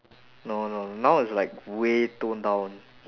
no no now is like way tone down